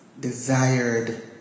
desired